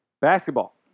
Basketball